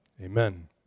Amen